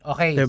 Okay